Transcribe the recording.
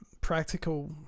practical